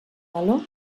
meló